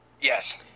Yes